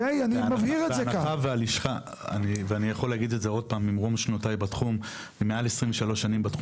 אני נמצא בתחום מעל ל-23 שנים,